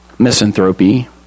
misanthropy